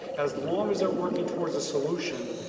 as long as they're working toward a solution,